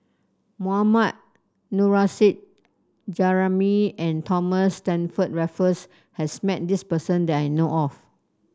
Mohammad Nurrasyid Juraimi and Thomas Stamford Raffles has met this person that I know of